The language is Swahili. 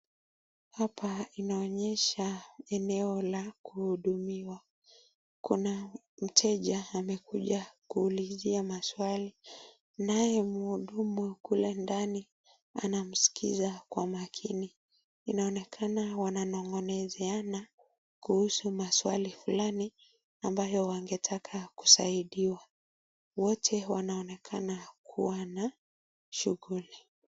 Hapa inaonyesha eneo la kuhudumiwa, kuna mteja amekuja kuulizia maswali naye mhudumu wa kule ndani anamskiza kwa makini. Inaonekana wananong'onezeana kuhusu maswali fulani ambayo wangetaka kusaidiwa wote wanaonekana kuwa na shughuli.